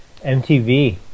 MTV